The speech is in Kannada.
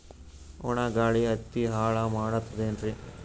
ಒಣಾ ಗಾಳಿ ಹತ್ತಿ ಹಾಳ ಮಾಡತದೇನ್ರಿ?